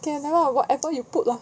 can not whatever you put lah